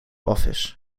office